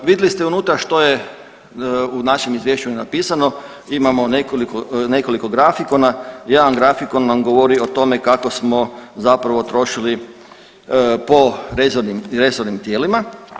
Vidli ste unutra što je u našem izvješću napisano, imamo nekoliko grafikona, jedan grafikon nam govori o tome kako smo zapravo trošili po resornim tijelima.